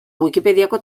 wikipediako